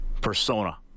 persona